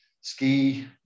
ski